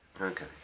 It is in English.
Okay